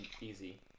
easy